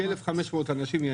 כ-1,500 אנשים.